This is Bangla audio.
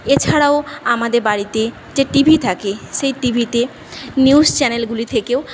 এছাড়াও আমাদের বাড়িতে যে টিভি থাকে সেই টিভিতে নিউজ চ্যানেলগুলি থেকেও